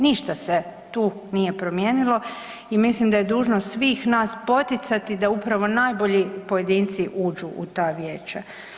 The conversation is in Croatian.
Ništa se tu nije promijenilo i mislim da je dužnost svih nas poticati da upravo najbolji pojedinci uđu u ta vijeća.